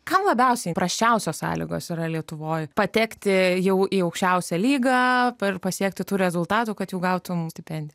kam labiausiai prasčiausios sąlygos yra lietuvoje patekti jau į aukščiausią lygą ir pasiekti tų rezultatų kad gautumei stipendiją